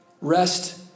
Rest